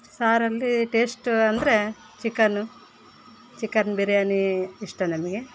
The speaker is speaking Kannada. ಸಾರಲ್ಲಿ ಟೆಸ್ಟ್ ಅಂದರೆ ಚಿಕನ್ನು ಚಿಕನ್ ಬಿರಿಯಾನೀ ಇಷ್ಟ ನಮಗೆ